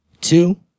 two